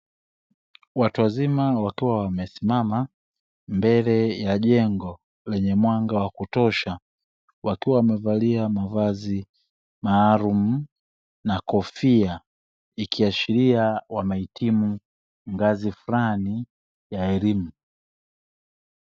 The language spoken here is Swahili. Watu wazima wakiwa wamesimama mbele ya jengo lenye mwanga wa kutosha, wakiwa wamevalia mavazi maalumu na kofia ikiashiria wamehitimu ngazi fulani ya elimu.